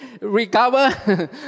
recover